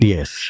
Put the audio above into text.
Yes